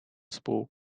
spoke